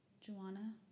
Joanna